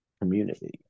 community